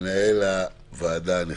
מנהל הוועדה הנכבד,